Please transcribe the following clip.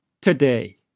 today